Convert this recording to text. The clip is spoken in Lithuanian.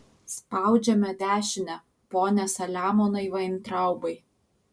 spaudžiame dešinę pone saliamonai vaintraubai